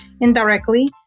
indirectly